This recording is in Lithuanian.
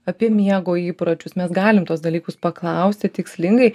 apie miego įpročius mes galim tuos dalykus paklausti tikslingai